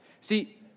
See